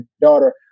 daughter